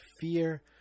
fear